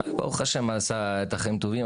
ברוך השם עשה חיים טובים.